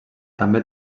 també